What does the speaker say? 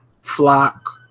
flock